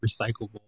recyclable